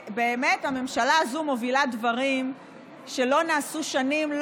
הממשלה הזאת מובילה דברים שלא נעשו שנים,